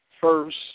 first